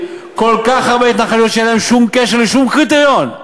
כל כך הרבה התנחלויות שאין להן שום קשר לשום קריטריון,